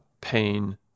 pain